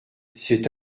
c’est